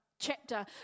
chapter